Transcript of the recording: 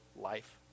life